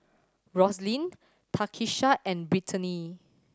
Roselyn Takisha and Brittany